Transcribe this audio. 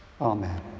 amen